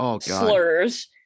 slurs